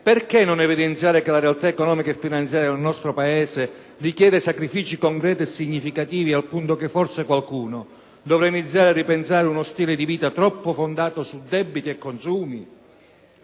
Perché non evidenziare che la realtà economica e finanziaria del nostro Paese richiede sacrifici concreti e significativi al punto che forse qualcuno dovrà iniziare a ripensare uno stile di vita troppo fondato su debiti e consumi?